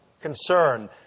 concern